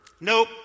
Nope